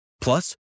Plus